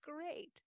great